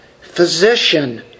physician